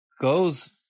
goes